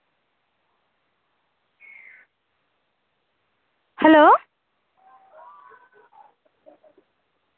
hello